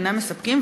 אינם מספקים,